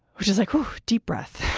which is like deep breath.